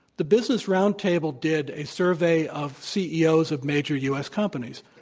the business roundtable did a survey of ceos of major u. s. companies,